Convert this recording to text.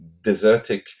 desertic